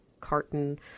carton